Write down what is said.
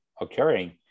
occurring